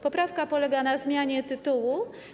Poprawka polega na zmianie tytułu.